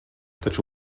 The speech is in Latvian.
taču